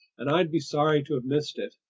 and i'd be sorry to have missed it!